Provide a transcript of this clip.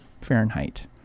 Fahrenheit